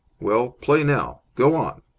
well, play now. go on!